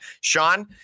Sean